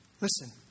Listen